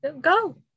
Go